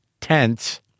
Tense